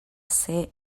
seh